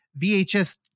VHS